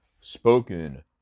spoken